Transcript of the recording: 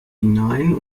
hinein